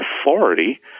authority